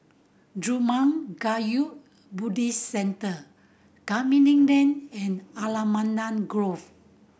Zurmang Kagyud Buddhist Centre Canning Lane and Allamanda Grove